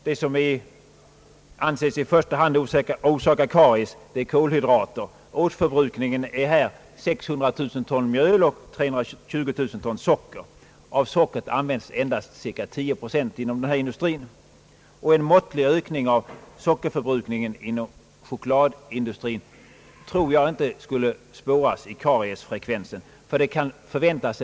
Det som vi anser i första hand orsaka karies är kolhydrater. Årsförbrukningen här är 600 000 ton mjöl och 320 000 ton socker. Av sockret användes endast cirka 10 procent inom denna industri, alltså 32000 ton. En måttlig ökning av sockerförbrukningen inom chokladindustrin kan sannolikt ej alls spåras i kariesfrekvensen. En annan effekt kan förväntas.